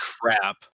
crap